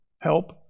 help